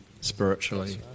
spiritually